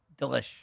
delish